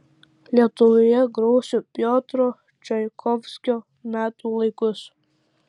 lietuvoje grosiu piotro čaikovskio metų laikus